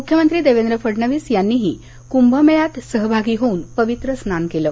मुख्यमंत्री देवेंद्र फडणवीस यांनीही कुंभमेळ्यात सहभागी होऊन पवित्र स्नान केलं